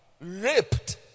Raped